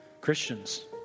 Christians